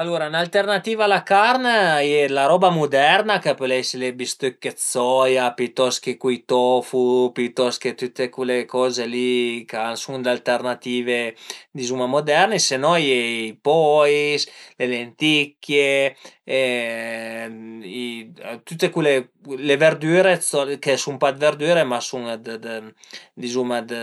Alura üna alternativa a la carn, a ie la roba muderna ch'a pöl esi le bistëcche dë soia, pitost che cui dë tofu pitost che tüte cule coze li ch'a sun d'alternative dizuma muderne se no a ie i pois, le lenticchie, tüte le verdüre ch'a sun pa dë verdüre ma a sun dizuma dë